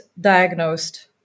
diagnosed